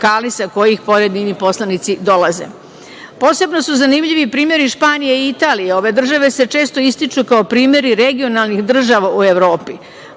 kojih pojedini poslanici dolaze. Posebno su zanimljivi primeri Španije i Italije, ove države se često ističu kao primeri regionalnih država u Evropi.